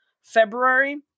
February